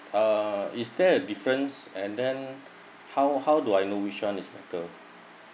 uh is there a difference and then how how do I know which one is better